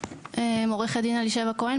עו"ד אלישבע כהן,